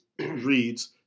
reads